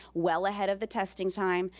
well ahead of the testing time,